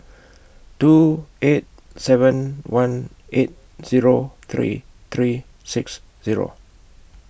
two eight seven one eight Zero three three six Zero